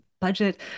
budget